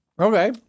Okay